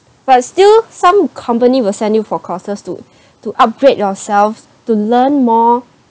but still some company will send you for courses to to upgrade ourselves to learn more